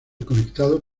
conectado